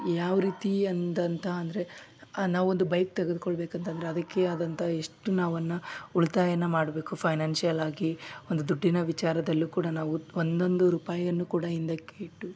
ಯಾವ ರೀತಿ ಅಂದ ಅಂತ ಅಂದರೆ ನಾವೊಂದು ಬೈಕ್ ತೆಗೆದ್ಕೊಳ್ಬೇಕು ಅಂತಂದರೆ ಅದಕ್ಕೆ ಆದಂತಹ ಎಷ್ಟು ನಾವನ್ನ ಉಳಿತಾಯನ್ನ ಮಾಡಬೇಕು ಫೈನಾನ್ಷಿಯಲಾಗಿ ಒಂದು ದುಡ್ಡಿನ ವಿಚಾರದಲ್ಲೂ ಕೂಡ ನಾವು ಒಂದೊಂದು ರೂಪಾಯಿಯನ್ನು ಕೂಡ ಹಿಂದಕ್ಕೆ ಇಟ್ಟು